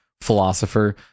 philosopher